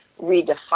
redefine